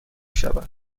شود